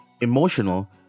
emotional